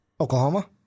Oklahoma